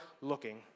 looking